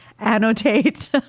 annotate